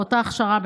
באותה הכשרה,